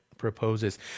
Proposes